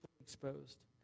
exposed